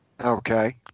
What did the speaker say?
Okay